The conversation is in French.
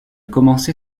commencé